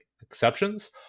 exceptions